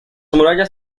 murallas